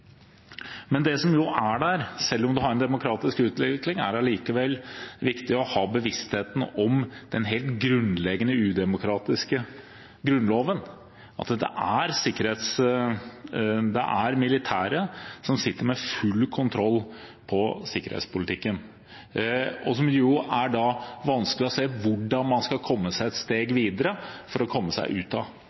Men selv om man har en demokratisk utvikling, er det allikevel viktig å ha bevisstheten om den helt grunnleggende udemokratiske grunnloven, at det er militære som sitter med full kontroll på sikkerhetspolitikken, og det er vanskelig å se hvordan man skal komme et steg videre for å komme seg ut av